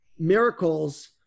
Miracles